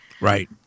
Right